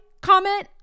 comment